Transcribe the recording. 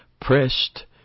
pressed